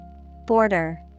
Border